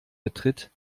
betritt